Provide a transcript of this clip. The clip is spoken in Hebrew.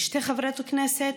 משתי חברות כנסת,